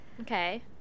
Okay